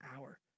hour